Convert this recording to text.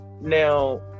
Now